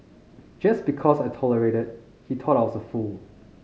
just because I tolerated he thought I was a fool